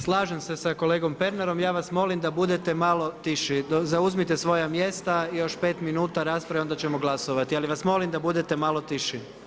Slažem se s kolegom Pernarom, ja vas molim da budete malo tiši, zauzmite svoja mjesta, još 5 min rasprave onda ćemo glasovati, ali vas molim da budete malo tiši.